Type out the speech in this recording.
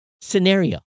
scenario